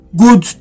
good